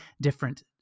different